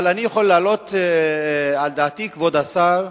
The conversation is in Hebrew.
אבל אני יכול להעלות על דעתי, כבוד השר,